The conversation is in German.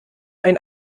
ein